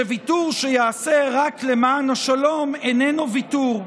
שוויתור שייעשה רק למען השלום, איננו ויתור,